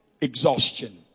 exhaustion